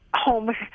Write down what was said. home